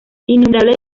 innumerables